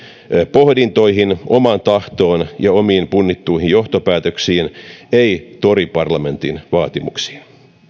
pohdintoihin omaan tahtoon ja omiin punnittuihin johtopäätöksiin eivät toriparlamentin vaatimuksiin